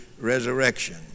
resurrection